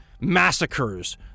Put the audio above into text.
massacres